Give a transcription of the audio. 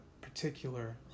particular